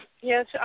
Yes